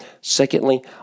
Secondly